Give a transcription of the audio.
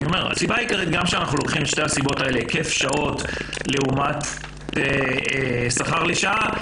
גם כשאנחנו לוקחים את שתי הסיבות האלה: היקף שעות לעומת שכר לשעה,